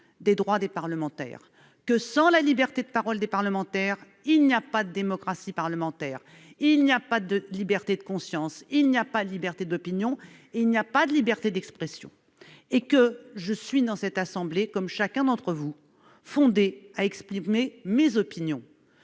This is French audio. des droits des parlementaires. Sans la liberté de parole des parlementaires, il n'y a pas de démocratie parlementaire, il n'y a pas de liberté de conscience, il n'y a pas de liberté d'opinion et il n'y a pas de liberté d'expression ! Comme chacun d'entre vous dans cette assemblée, je suis en droit d'exprimer mes opinions,